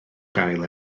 gael